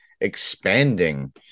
expanding